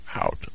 out